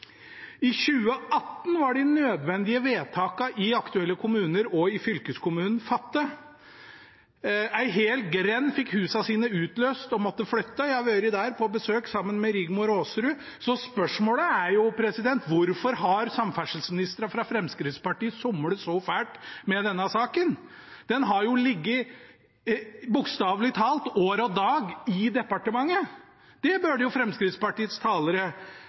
I 2018 var de nødvendige vedtakene i aktuelle kommuner og i fylkeskommunen fattet. Ei hel grend fikk husene sine utløst og måtte flytte, og jeg har vært der på besøk sammen med Rigmor Aasrud. Så spørsmålet er jo: Hvorfor har samferdselsministrene fra Fremskrittspartiet somlet så fælt med denne saken? Den har jo ligget bokstavelig talt år og dag i departementet. Det burde Fremskrittspartiets talere